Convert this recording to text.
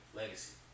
legacy